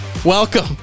Welcome